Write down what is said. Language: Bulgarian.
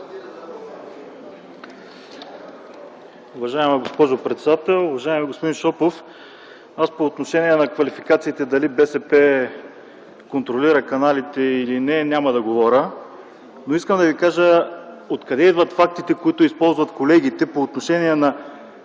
Уважаема госпожо председател! Уважаеми господин Шопов, по отношение на квалификациите дали БСП контролира каналите или не няма да говоря, но искам да Ви кажа от къде идват фактите, които използват колегите, по отношение на